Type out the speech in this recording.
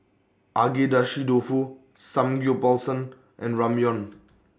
Agedashi Dofu Samgyeopsal and Ramyeon